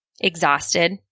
Exhausted